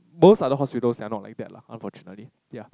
most other hospitals they are not like that lah unfortunately ya